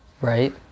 right